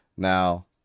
Now